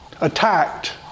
attacked